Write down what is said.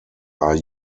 are